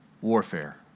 warfare